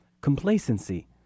complacency